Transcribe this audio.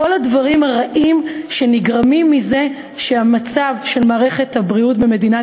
כל הדברים הרעים שנגרמים מזה שבמצב של מערכת הבריאות במדינת